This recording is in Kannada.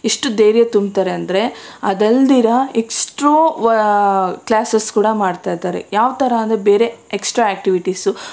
ಎಷ್ಟು ಧೈರ್ಯ ತುಂಬ್ತಾರೆ ಅಂದರೆ ಅದಲ್ದಿರ ಎಕ್ಸ್ಟ್ರಾ ಕ್ಲಾಸಸ್ ಕೂಡ ಮಾಡ್ತಾ ಇದ್ದಾರೆ ಯಾವ ಥರ ಅಂದರೆ ಬೇರೆ ಎಕ್ಸ್ಟ್ರಾ ಆಕ್ಟಿವಿಟೀಸು